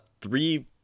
three